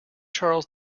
charles